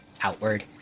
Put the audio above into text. outward